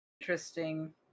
Interesting